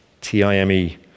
T-I-M-E